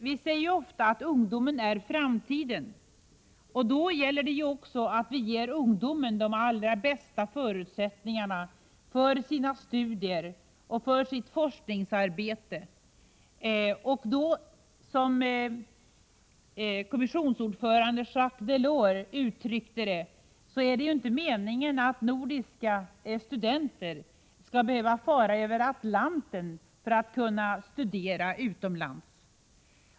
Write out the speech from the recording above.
Det sägs ofta att ungdomen är framtiden, och då gäller det också att ungdomar får de allra bästa förutsättningarna för sina studier och för sitt forskningsarbete. Som kommissionens ordförande Jacques Delors uttryckte det, är det inte meningen att nordiska studenter skall behöva fara över Atlanten för att kunna studera utomlands.